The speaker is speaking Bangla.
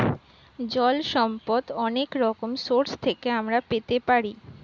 জল সম্পদ অনেক রকম সোর্স থেকে আমরা পেতে পারি